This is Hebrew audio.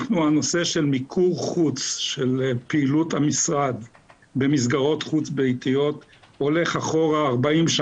הנושא של מיקור חוץ של פעילות המשרד במסגרות חוץ ביתיות הולך אחורה 40,